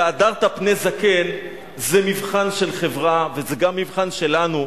"והדרת פני זקן" זה מבחן של חברה וזה גם מבחן שלנו,